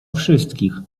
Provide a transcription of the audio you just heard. wszystkich